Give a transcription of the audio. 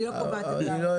אני לא קובעת את הארנונה,